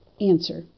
Answer